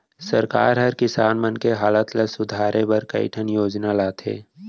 सरकार हर किसान मन के हालत ल सुधारे बर कई ठन योजना लाथे